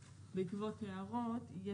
בעקבות הערות יש תיקונים.